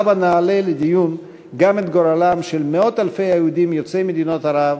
הבה נעלה לדיון גם את גורלם של מאות אלפי היהודים יוצאי מדינות ערב,